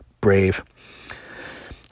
brave